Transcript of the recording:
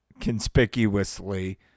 conspicuously